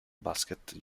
basket